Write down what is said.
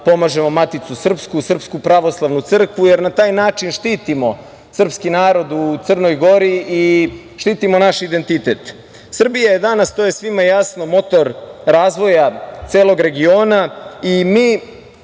pomažemo maticu srpsku, Srpsku pravoslavnu crkvu, jer na taj način štitimo srpski narod u Crnoj Gori i štitimo naš identitet. Srbija je danas, to je svima jasno, motor razvoja celog regiona i mi